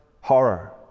horror